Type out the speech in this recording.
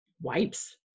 wipes